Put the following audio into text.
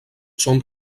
són